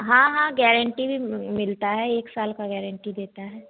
हाँ हाँ गारन्टी भी मिलती है एक साल की गारन्टी देता है